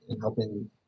helping